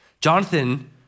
Jonathan